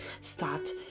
Start